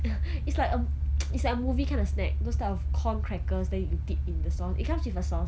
it's like um it's like a movie kind of snack those type of corn crackers the you dip in the sauce it comes with a sauce